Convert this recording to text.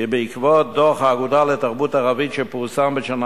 כי בעקבות דוח האגודה לתרבות ערבית שפורסם בשנה